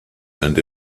and